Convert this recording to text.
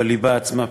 בליבה עצמה פנימה.